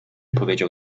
powiedział